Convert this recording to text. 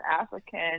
African